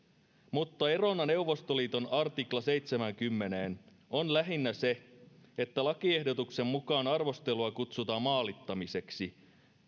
mutta erona neuvostoliiton artikla seitsemäänkymmeneen on lähinnä se että lakiehdotuksen mukaan arvostelua kutsutaan maalittamiseksi